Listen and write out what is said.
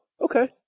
okay